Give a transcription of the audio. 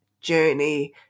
journey